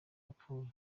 yapfuye